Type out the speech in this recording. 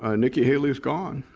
ah nikki haley is gone,